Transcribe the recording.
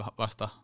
vasta